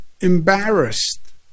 embarrassed